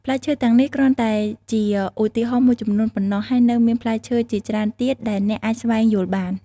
ផ្លែឈើទាំងនេះគ្រាន់តែជាឧទាហរណ៍មួយចំនួនប៉ុណ្ណោះ ហើយនៅមានផ្លែឈើជាច្រើនទៀតដែលអ្នកអាចស្វែងយល់បាន។